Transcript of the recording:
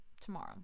tomorrow